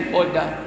order